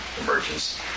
emergence